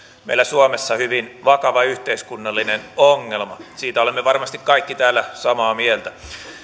meillä suomessa hyvin vakava yhteiskunnallinen ongelma siitä olemme varmasti kaikki täällä samaa mieltä